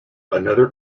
another